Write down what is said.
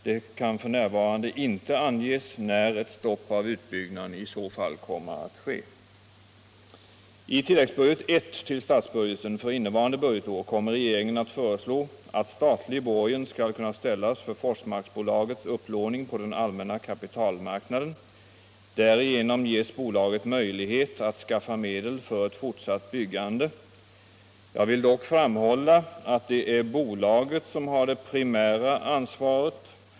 Det kan f. n. inte anges när ett stopp av utbyggnaden i så fall kommer att ske. I tilläggsbudget I till statsbudgeten för innevarande budgetår kommer regeringen att föreslå att statlig borgen skall kunna ställas för Forsmarksbolagets upplåning på den allmänna kapitalmarknaden. Därigenom ges bolaget möjlighet att skaffa medel för ett fortsatt byggande. Jag vill dock framhålla att det är bolaget som har det primära ansvaret.